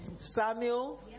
Samuel